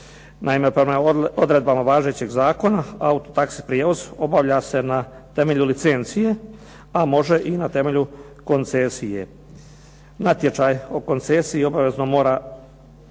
Naime, prema odredbama važećeg zakona auto taxi prijevoz obavlja se na temelju licencije, a može i na temelju koncesije. Natječaj o koncesiji obavezno mora